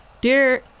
Dear